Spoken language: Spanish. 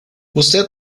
usted